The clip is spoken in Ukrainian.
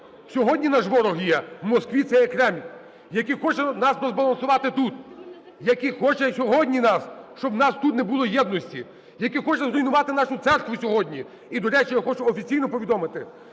Сьогодні наш ворог є у Москві, це є Кремль, який хоче нас розбалансувати тут, який хоче сьогодні нас, щоб у нас тут не було єдності, який хоче зруйнувати нашу церкву сьогодні. І, до речі, я хочу офіційно повідомити,